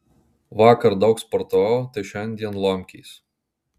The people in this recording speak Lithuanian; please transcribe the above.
vakar daug sportavau tai šiandien lomkės